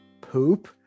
poop